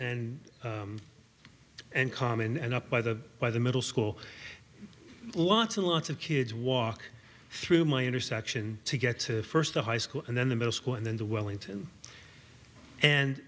and and common and up by the by the middle school lots and lots of kids walk through my intersection to get to first the high school and then the middle school and then the wellington and